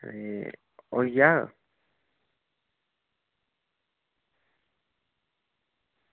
ते होई जाह्ग